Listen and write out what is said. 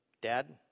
dad